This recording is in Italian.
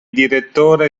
direttore